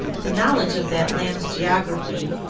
the knowledge of that land's geography.